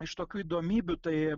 iš tokių įdomybių tai